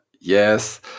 Yes